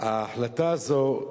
שההחלטה הזאת,